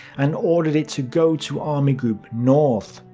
and ordered it to go to army group north.